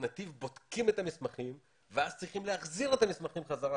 נתיב בודק את המסמכים ואז צריכים להחזיר אותם בחזרה.